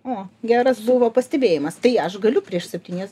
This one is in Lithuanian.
o geras buvo pastebėjimas tai aš galiu prieš septynias